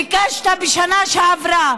ביקשת בשנה שעברה